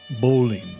Bowling